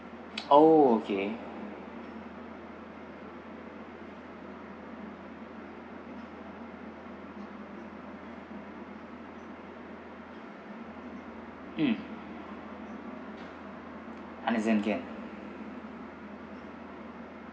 oh okay mm understand can